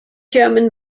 german